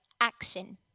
action